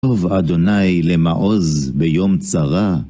תשוב אדוני למעוז ביום צרה